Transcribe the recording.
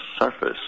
surface